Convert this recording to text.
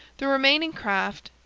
the remaining craft,